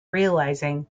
realising